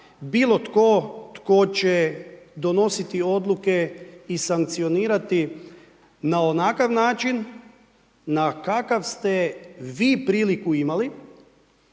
bilo tko će donositi odluke i sankcionirati na onakav način na kakav ste vi priliku imali